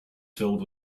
filled